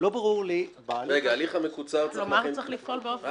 ברור לי --- כלומר, צריך לפעול באופן הוגן.